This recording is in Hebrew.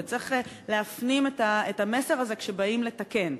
וצריך להפנים את המסר הזה כשבאים לתקן.